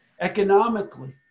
Economically